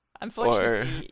Unfortunately